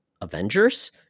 Avengers